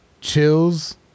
chills